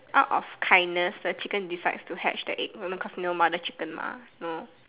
out of kindness the chicken decides to hatch the egg you know because know mother chicken mah know